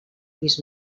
pis